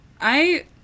I-